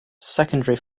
secondary